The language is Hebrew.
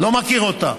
לא מכיר אותה.